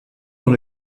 dans